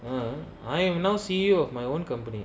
um I am now C_E_O of my own company